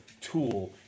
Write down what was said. tool